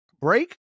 break